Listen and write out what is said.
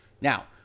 Now